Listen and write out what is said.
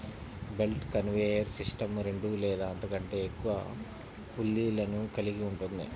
belt conveyor system రెండు లేదా అంతకంటే ఎక్కువ పుల్లీలను కలిగి ఉంటుంది